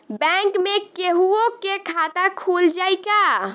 Bank में केहूओ के खाता खुल जाई का?